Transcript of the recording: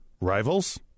Rivals